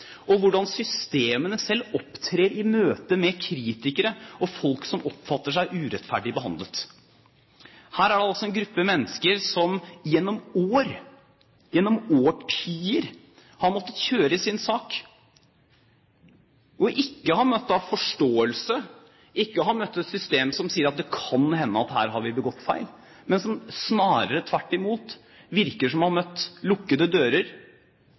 og hvordan systemene selv opptrer i møte med kritikere og folk som oppfatter seg urettferdig behandlet. Her er det altså en gruppe mennesker som gjennom år – gjennom årtier – har måttet kjøre sin sak, og som ikke har møtt forståelse, ikke har møtt et system som sier at det kan hende at man her har begått feil, det virker snarere tvert imot som om de har møtt lukkede dører,